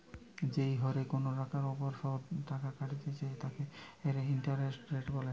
যেই হরে কোনো টাকার ওপর শুধ কাটা হইতেছে তাকে ইন্টারেস্ট রেট বলে